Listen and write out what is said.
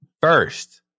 first